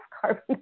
carbon